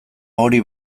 hori